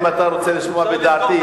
אם אתה רוצה לשמוע לדעתי,